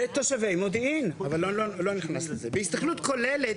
לתושבי מודיעין, אבל אני לא נכנס לזה.